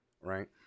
right